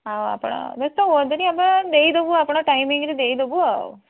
ଆଉ ଆପଣ ବ୍ୟସ୍ତ ହୁଅନ୍ତୁନି ଆମେ ଦେଇଦେବୁ ଆପଣ ଟାଇମିଂରେ ଦେଇଦେବୁ ଆଉ